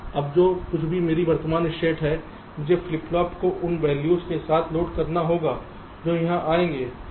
अब जो कुछ भी मेरी वर्तमान स्टेट है मुझे फ्लिप फ्लॉप को उन वैल्यूज के साथ लोड करना होगा जो यहांआएंगे